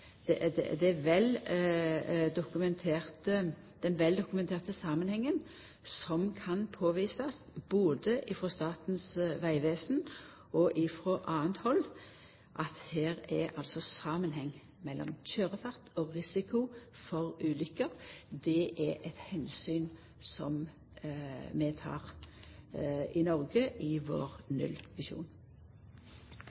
ta omsyn til den vel dokumenterte samanhengen som er påvist både frå Statens vegvesen og frå anna hold – at det er ein samanheng mellom køyrefart og risiko for ulykker. Det er eit omsyn som me tek i Noreg i vår